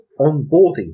onboarding